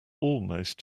almost